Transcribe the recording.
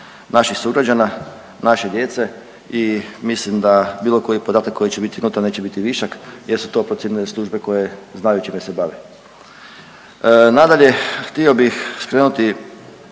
naših sugrađana, naše djece. I mislim da bilo koji podatak koji će biti unutra neće biti višak jer su to procijenile službe koje znaju čime se bave. Nadalje htio bih skrenuti